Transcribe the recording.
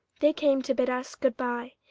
they came to bid us good-bye.